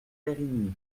périgny